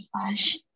flash